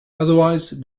otherwise